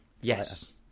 yes